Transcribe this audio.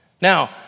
Now